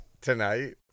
Tonight